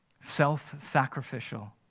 Self-sacrificial